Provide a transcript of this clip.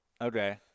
Okay